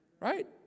right